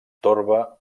torba